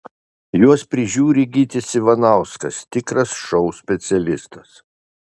juos prižiūri gytis ivanauskas tikras šou specialistas